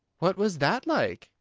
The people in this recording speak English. what was that like?